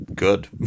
Good